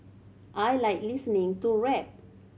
I like listening to rap